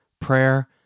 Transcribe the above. prayer